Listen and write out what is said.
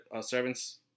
servants